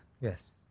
Yes